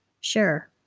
Sure